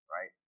right